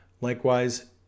Likewise